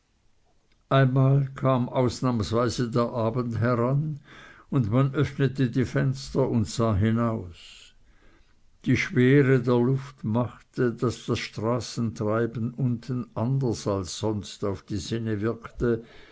einmal kam ausnahmsweise der abend heran und man öffnete die fenster und sah hinaus die schwere der luft machte daß das straßentreiben unten anders als sonst auf die sinne wirkte